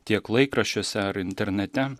tiek laikraščiuose ar internete